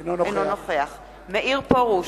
אינו נוכח מאיר פרוש,